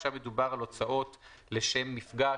עכשיו מדובר על הוצאות לשם מפגש,